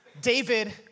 David